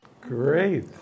Great